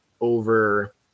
over